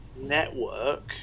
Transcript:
network